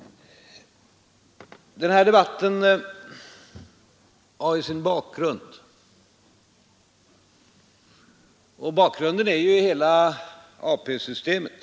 Torsdagen den Bakgrunden till den här debatten är ju hela ATP-systemet.